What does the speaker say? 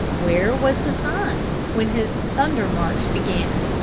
where was the sun when his thunder march' began?